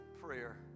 prayer